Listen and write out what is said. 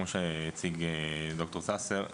כמו שהציג ד"ר ססר,